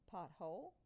Pothole